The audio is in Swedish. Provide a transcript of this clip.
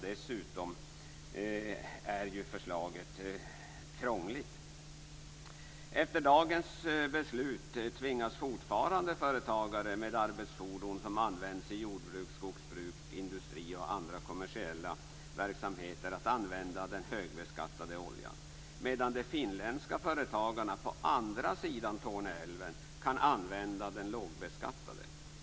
Dessutom är förslaget krångligt. Efter dagens beslut tvingas fortfarande företagare med arbetsfordon som används i jordbruk, skogsbruk, industri och andra kommersiella verksamheter att använda den högbeskattade oljan, medan de finländska företagarna på andra sidan Torne älv kan använda den lågbeskattade.